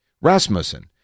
Rasmussen